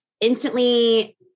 instantly